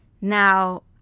Now